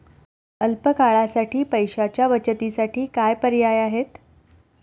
अल्प काळासाठी पैशाच्या बचतीसाठी काय पर्याय आहेत?